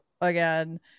again